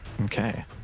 Okay